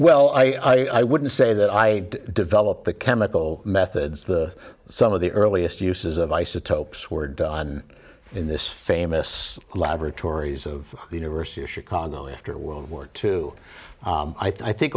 well i i wouldn't say that i developed the chemical methods the some of the earliest uses of isotopes were done in this famous laboratories of the university of chicago after world war two i think